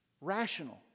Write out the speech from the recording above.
rational